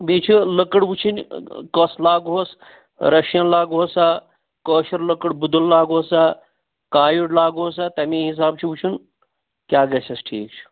بیٚیہِ چھِ لٔکٕر وُچھِنۍ کۄس لاگہوس رشیَن لاگہووسا کٲشِر لٔکٕر بُدُل لاگہووسا کایُڈ لاگہووسا تَمی حِساب چھُ وُچھُن کیٛاہ گَژھیٚس ٹھیٖک چھُ